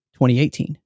2018